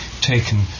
taken